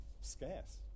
scarce